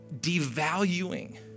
devaluing